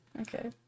Okay